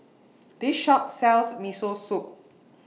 This Shop sells Miso Soup